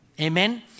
Amen